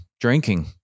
Drinking